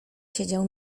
siedział